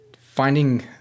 finding